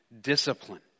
Discipline